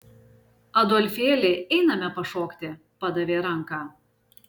adolfėli einame pašokti padavė ranką